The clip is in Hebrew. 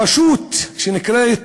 הרשות שנקראת